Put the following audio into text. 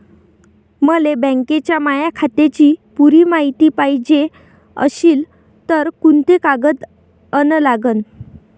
मले बँकेच्या माया खात्याची पुरी मायती पायजे अशील तर कुंते कागद अन लागन?